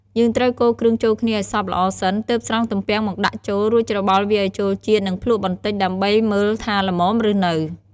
យើងត្រូវកូរគ្រឿងចូលគ្នាឱ្យសព្វល្អសិន ទើបស្រង់ទំពាំងមកដាក់ចូល រួចច្របល់វាឱ្យចូលជាតិ និងភ្លក្សបន្តិច ដើម្បីមើលថាល្មមឬនៅ។